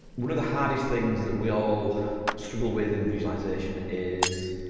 one of the hardest things that we all struggle with in visualisation is,